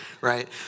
right